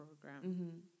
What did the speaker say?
program